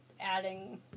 adding